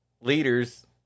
leaders